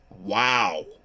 wow